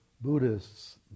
Buddhists